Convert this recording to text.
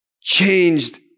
changed